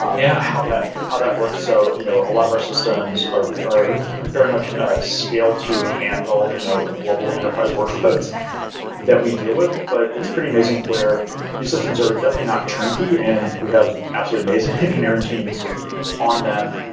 yeah how that how that works, so you know a lot of our systems are very much scaled to handle you know global enterprise workloads that we deal with, but it's pretty amazing where the systems are definitely not trinky and we have absolutely amazing engineering teams on them.